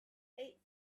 eight